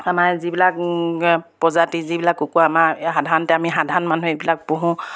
আমাৰ যিবিলাক প্ৰজাতি যিবিলাক কুকুৰা আমাৰ সাধাৰণতে আমি সাধাৰণ মানুহ এইবিলাক পোহোঁ